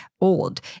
old